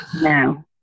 No